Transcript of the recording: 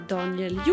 Daniel